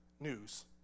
news